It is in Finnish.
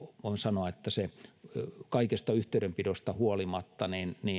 voin sanoa että kaikesta yhteydenpidosta huolimatta